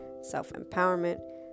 self-empowerment